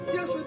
Yes